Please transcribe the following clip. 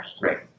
Right